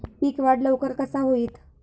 पीक वाढ लवकर कसा होईत?